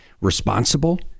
responsible